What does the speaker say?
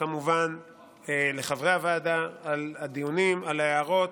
כמובן לחברי הוועדה על הדיונים, על ההערות.